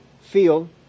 field